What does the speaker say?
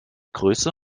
größe